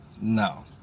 no